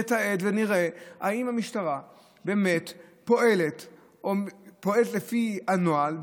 נתעד ונראה אם המשטרה באמת פועלת לפי הנוהל,